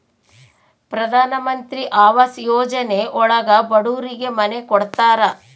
ಪ್ರಧನಮಂತ್ರಿ ಆವಾಸ್ ಯೋಜನೆ ಒಳಗ ಬಡೂರಿಗೆ ಮನೆ ಕೊಡ್ತಾರ